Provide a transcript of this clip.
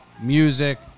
music